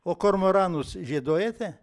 o kormoranus žieduojate